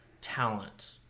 talent